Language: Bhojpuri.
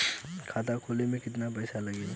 खाता खोले में कितना पैसा लगेला?